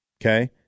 Okay